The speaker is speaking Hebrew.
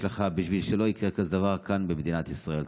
לך בשביל שלא יקרה כזה דבר כאן במדינת ישראל.